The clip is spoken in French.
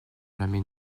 jamais